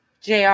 JR